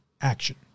action